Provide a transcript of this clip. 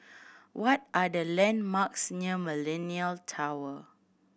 what are the landmarks near Millenia Tower